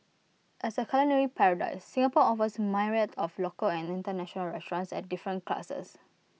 as A culinary paradise Singapore offers myriad of local and International restaurants at different classes